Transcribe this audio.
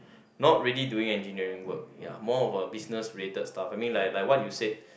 not really doing engineering work ya more of a business related stuff I mean like like what you said